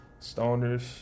Stoners